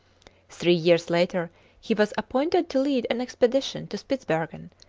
three years later he was appointed to lead an expedition to spitzbergen,